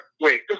wait